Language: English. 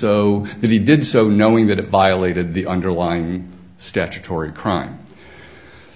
that he did so knowing that it violated the underlying statutory crime